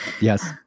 Yes